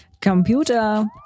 Computer